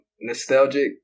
Nostalgic